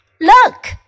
Look